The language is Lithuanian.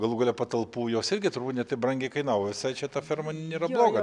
galų gale patalpų jos irgi trubūt ne taip brangiai kainavo visai čia ta ferma nėra bloga